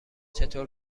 چطور